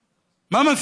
מה,